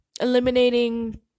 eliminating